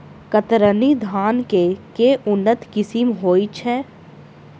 कतरनी धान केँ के उन्नत किसिम होइ छैय?